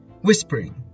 whispering